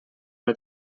una